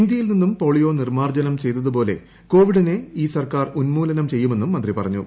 ഇന്ത്യയിൽ നിന്ന് പോളിയോ നിർമാർജനം ചെയ്തതു പോലെ കോവിഡിനെ ഈ സർക്കാർ ഉന്മൂലനം ചെയ്യുമെന്നും മന്ത്രി പറഞ്ഞു